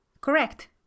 Correct